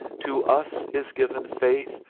to us is given faith,